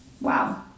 Wow